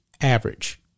average